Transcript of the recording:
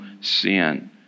sin